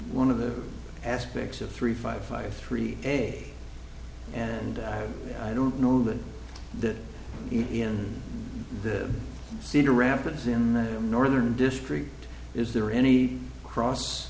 one of the aspects of three five five three a and i don't know that that in the cedar rapids in the northern district is there any cross